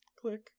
Click